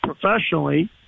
professionally